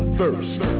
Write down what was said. thirst